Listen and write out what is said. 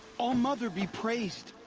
all-mother be praised!